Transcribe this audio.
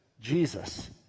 Jesus